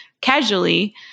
casually